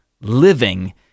Living